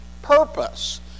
purpose